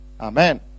Amen